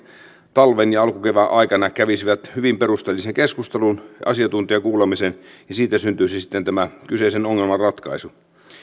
talven ja alkukevään aikana kävisivät tästä hyvin perusteellisen keskustelun ja asiantuntijakuulemisen ja siitä syntyisi sitten tämä kyseisen ongelman ratkaisu